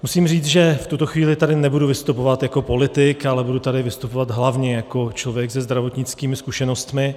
Musím říct, že v tuto chvíli tady nebudu vystupovat jako politik, ale budu tady vystupovat hlavně jako člověk se zdravotnickými zkušenostmi.